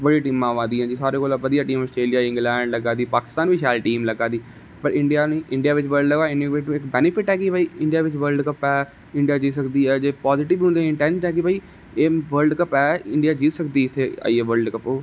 बड़ी टीमा आबा दियां जिस स्हाब कन्नै सारें कोला बधिया टीम अस्ट्रेलिया इंगलेंड लग्गा दी पाकिस्तान बी शैल टीम लग्गा दी पर इंडियां बिच बल्ड कप इक बेनीफिट है कि इंडियां बिच बल्डकप ऐ कि इंडियां जित्ती सकदी है पाजटिब एह् बल्डकप ऐ इंडियां जित्ती सकदी इत्थै आइये बल्डकप